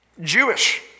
Jewish